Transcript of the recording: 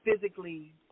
physically